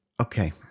Okay